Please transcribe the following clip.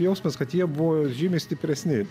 jausmas kad jie buvo žymiai stipresni